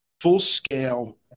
full-scale